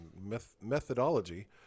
methodology